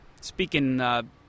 Speaking